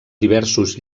diversos